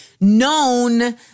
known